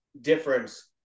difference